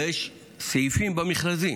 יש סעיפים במכרזים,